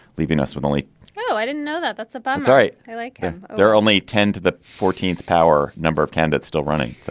leaving us with only oh, i didn't know that. that's about all right like there are only ten to the fourteenth power number of candidates still running, though.